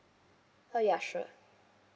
uh ya sure